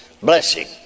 blessing